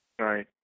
Right